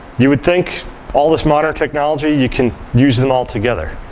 you would think all this modern technology you can use them all together.